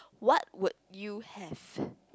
what would you have